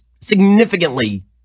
significantly